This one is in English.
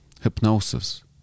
hypnosis